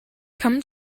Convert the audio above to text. come